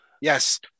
yes